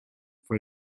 for